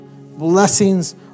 Blessings